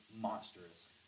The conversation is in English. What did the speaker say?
monstrous